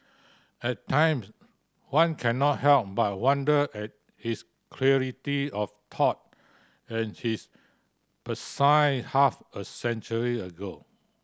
at times one cannot help but wonder at his clarity of thought and his prescience half a century ago